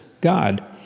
God